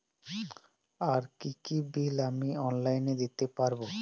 আর কি কি বিল আমি অনলাইনে দিতে পারবো?